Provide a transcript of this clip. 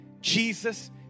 Jesus